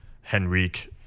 Henrik